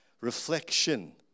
reflection